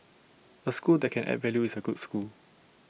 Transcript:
A school that can add value is A good school